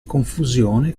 confusione